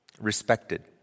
respected